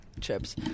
chips